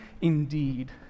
indeed